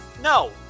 no